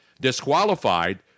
disqualified